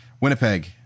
Winnipeg